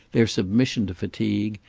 their submission to fatigue,